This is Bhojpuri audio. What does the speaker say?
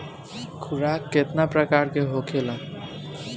खुराक केतना प्रकार के होखेला?